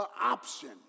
option